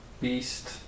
Beast